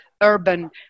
urban